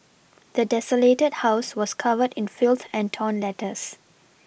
the desolated house was covered in filth and torn letters